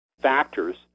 factors